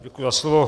Děkuji za slovo.